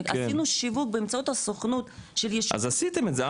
עשינו שיווק באמצעות הסוכנות של יישובים --- אז עשיתם את זה,